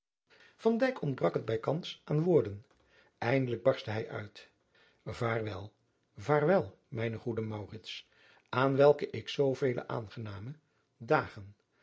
ontbrak het bijkans aan woorden eindelijk barstte hij uit vaarwel vaarwel mijne goede maurits aan welken ik zoovele aangename dagen